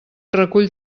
recull